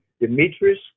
Demetrius